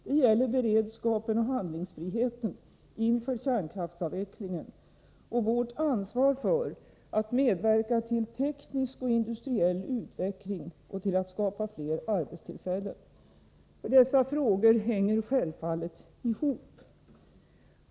Det gäller beredskapen och handlingsfriheten inför kärnkraftsavvecklingen och vårt ansvar för att medverka till teknisk och industriell utveckling och till att skapa fler arbetstillfällen. Dessa frågor hänger självfallet ihop.